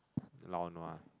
lao-nua